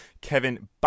Kevin